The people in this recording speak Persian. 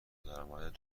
درآمد